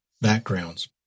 backgrounds